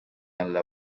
alla